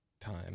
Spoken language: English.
time